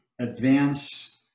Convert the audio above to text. advance